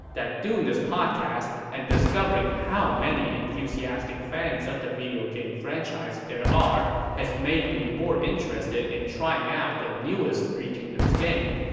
that doing this podcast and discovering how many enthusiastic fans of the video game franchise there are has made me more interested in trying out the newest three kingdoms game,